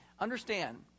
Understand